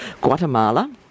guatemala